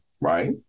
right